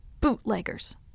Bootleggers